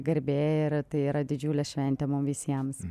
garbė ir tai yra didžiulė šventė mum visiems